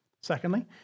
secondly